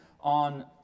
on